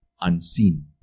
unseen